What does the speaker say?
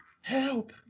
help